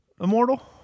immortal